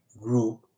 group